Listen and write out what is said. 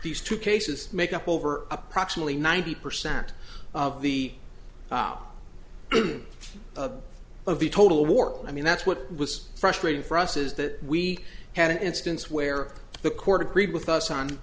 these two cases make up over approximately ninety percent of the top of the total war i mean that's what was frustrating for us is that we had an instance where the court agreed with us on